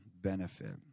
benefit